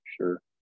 sure